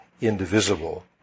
indivisible